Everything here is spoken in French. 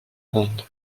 ronde